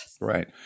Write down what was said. Right